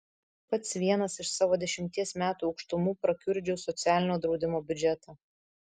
pats vienas iš savo dešimties metų aukštumų prakiurdžiau socialinio draudimo biudžetą